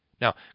Now